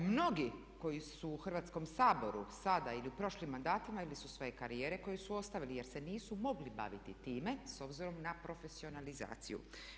Mnogi koji su u Hrvatskom saboru sada ili u prošlim mandatima ili su svoje karijere ostavili jer se nisu mogli baviti time s obzirom na profesionalizaciju.